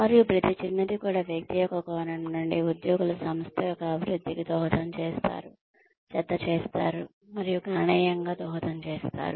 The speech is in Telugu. మరియు ప్రతి చిన్నది కూడా వ్యక్తి యొక్క కోణం నుండి ఉద్యోగులు సంస్థ యొక్క అభివృద్ధికి దోహదం చేస్తారు జతచేస్తారు మరియు గణనీయంగా దోహదం చేస్తారు